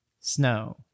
snow